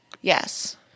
Yes